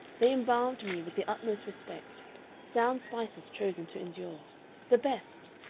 they embalmed me with the utmost respect sound spices chosen to endure the best!